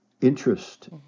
interest